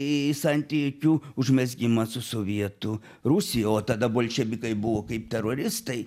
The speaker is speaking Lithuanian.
į santykių užmezgimą su sovietų rusija o tada bolševikai buvo kaip teroristai